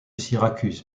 syracuse